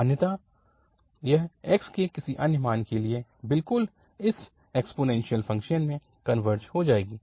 अन्यथा यह x के किसी अन्य मान के लिए बिल्कुल इस एक्सपोनेन्शियल फ़ंक्शन में कनवर्ज हो जाएगा